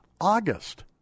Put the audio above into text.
August